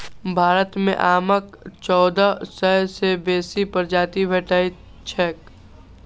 भारत मे आमक चौदह सय सं बेसी प्रजाति भेटैत छैक